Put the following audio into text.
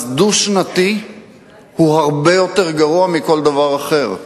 אז דו-שנתי הוא הרבה יותר גרוע מכל דבר אחר.